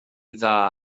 dda